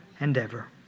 Endeavor